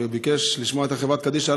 וביקש לשמוע את חברת קדישא,